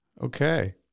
Okay